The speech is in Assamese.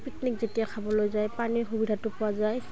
পিকনিক যেতিয়া খাবলৈ যায় পানীৰ সুবিধাটো পোৱা যায়